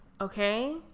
okay